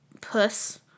puss